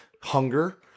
hunger